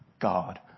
God